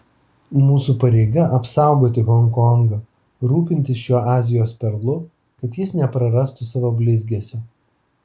mūsų pareiga apsaugoti honkongą rūpintis šiuo azijos perlu kad jis neprarastų savo blizgesio